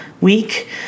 week